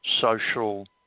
social